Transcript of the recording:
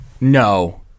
No